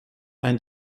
ein